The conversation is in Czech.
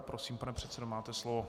Prosím, pane předsedo, máte slovo.